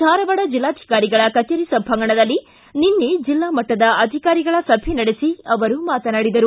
ಧಾರವಾಡ ಜಿಲ್ಲಾಧಿಕಾರಿಗಳ ಕಚೇರಿ ಸಭಾಂಗಣದಲ್ಲಿ ನಿನ್ನೆ ಜಿಲ್ಲಾಮಟ್ಟದ ಅಧಿಕಾರಿಗಳ ಸಭೆ ನಡೆಸಿ ಅವರು ಮಾತನಾಡಿದರು